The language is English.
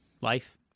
Life